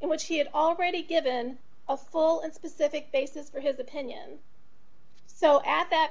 in which he had already given a full and specific basis for his opinion so at that